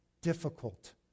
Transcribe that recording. difficult